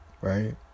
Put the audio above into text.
Right